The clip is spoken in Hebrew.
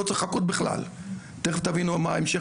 לא צריך לחכות בכלל - תיכף תבינו מה המשך